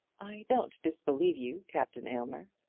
i don't disbelieve you, captain aylmer.